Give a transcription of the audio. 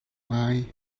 ngai